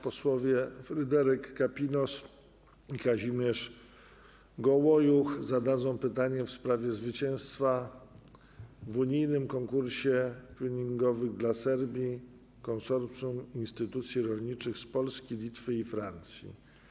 Posłowie Fryderyk Kapinos i Kazimierz Gołojuch zadadzą pytanie w sprawie zwycięstwa w unijnym konkursie twinningowym dla Serbii konsorcjum instytucji rolniczych z Polski, Litwy i Francji.